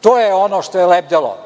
to je ono što je lebdelo.